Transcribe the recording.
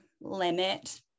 limit